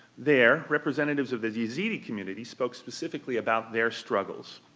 there, representatives of the yazidi community spoke specifically about their struggles.